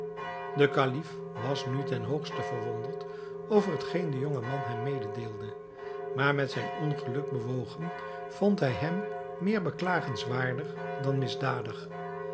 de kalif was nu ten hoogste verwonderd over hetgeen de jonge man hem mededeelde maar met zijn ongeluk bewogen vond hij hem meer beklagenswaardig dan misdadig